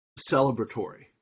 celebratory